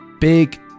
Big